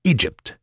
Egypt